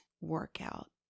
Workout